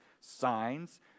signs